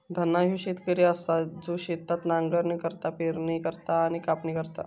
धन्ना ह्यो शेतकरी असा जो शेतात नांगरणी करता, पेरणी करता आणि कापणी करता